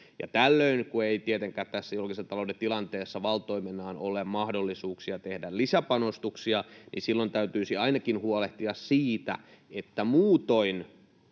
Ja kun ei tietenkään tässä julkisen talouden tilanteessa valtoimenaan ole mahdollisuuksia tehdä lisäpanostuksia, niin silloin täytyisi ainakin huolehtia siitä, että muutoin